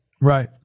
right